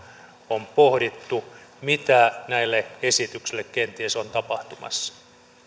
on pohdittu mitä näille esityksille kenties on tapahtumassa